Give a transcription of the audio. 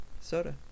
soda